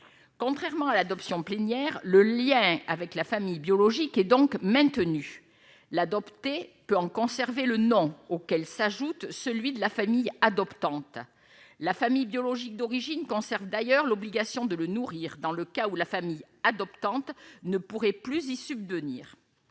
contrairement à l'adoption plénière le lien avec la famille biologique est donc maintenu l'adopter peut en conserver le nom auquel s'ajoute celui de la famille adoptante la famille biologique d'origine conserve d'ailleurs l'obligation de le nourrir, dans le cas où la famille adoptante ne pourrait plus y subvenir